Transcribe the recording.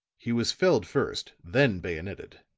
he was felled first then bayoneted.